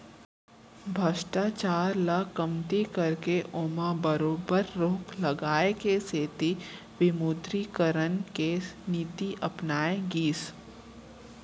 भस्टाचार ल कमती करके ओमा बरोबर रोक लगाए के सेती विमुदरीकरन के नीति अपनाए गिस